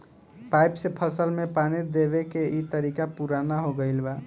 pipe से फसल में पानी देवे के इ तरीका पुरान हो गईल बा